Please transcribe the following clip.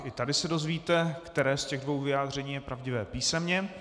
I tady se dozvíte, které z těch dvou vyjádření je pravdivé, písemně.